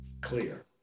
clear